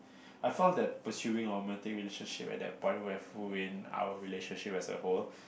I felt that pursuing romantic relationship at that point would have ruined our relationship as a whole